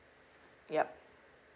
yup